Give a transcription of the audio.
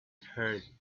herd